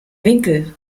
winkel